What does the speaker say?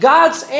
God's